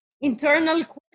internal